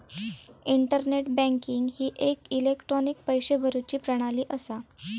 internet banking ही एक electronic पैशे भरुची प्रणाली असा